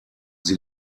sie